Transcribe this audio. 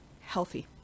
healthy